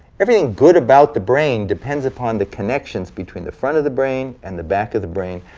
everything good about the brain depends upon the connections between the front of the brain and the back of the brain.